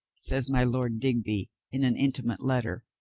says my lord digby in an intimate letter,